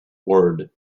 ward